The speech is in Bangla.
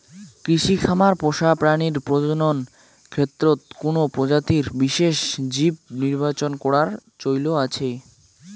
কৃষি খামার পোষা প্রাণীর প্রজনন ক্ষেত্রত কুনো প্রজাতির বিশেষ জীব নির্বাচন করার চৈল আছে